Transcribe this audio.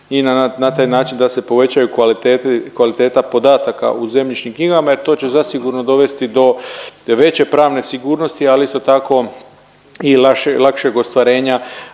i na taj način da se povećaju kvaliteta podataka u zemljišnim knjigama jer to će zasigurno dovesti do veće pravne sigurnosti ali isto tako i lakšeg ostvarenja